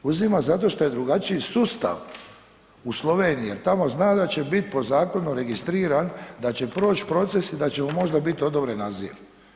Uzima zato što je drugačiji sustav u Sloveniji jer tamo zna da će biti po zakonu registriran, da će proći proces i da će mu možda biti odobren azil.